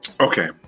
Okay